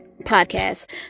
podcast